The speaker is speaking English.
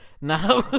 now